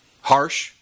harsh